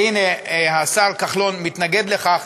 והנה, השר כחלון מתנגד לכך.